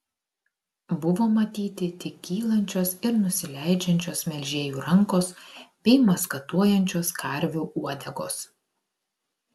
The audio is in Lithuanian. buvo matyti tik kylančios ir nusileidžiančios melžėjų rankos bei maskatuojančios karvių uodegos